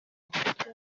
inshuti